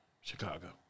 Chicago